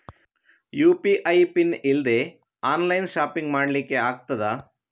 UPI PIN ಇಲ್ದೆ online shopping ಮಾಡ್ಲಿಕ್ಕೆ ಆಗ್ತದಾ?